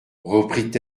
reprit